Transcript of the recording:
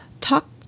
talk